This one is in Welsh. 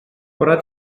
bore